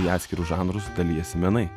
į atskirus žanrus dalies menai